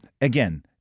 Again